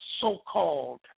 so-called